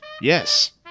Yes